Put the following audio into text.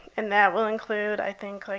and that will include, i think, like